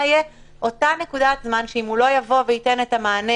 תהיה אותה נקודת זמן שאם הוא לא יבוא וייתן את המענה